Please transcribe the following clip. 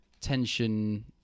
tension